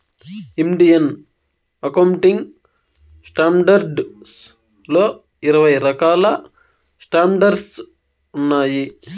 Indian accounting standards లో ఇరవై రకాల స్టాండర్డ్స్ ఉన్నాయి